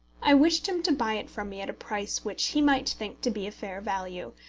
i wished him to buy it from me at a price which he might think to be a fair value,